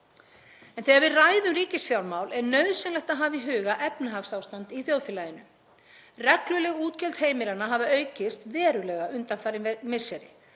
Þegar við ræðum ríkisfjármál er nauðsynlegt að hafa í huga efnahagsástand í þjóðfélaginu. Regluleg útgjöld heimilanna hafa aukist verulega undanfarin misseri.